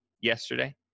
yesterday